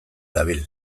dabil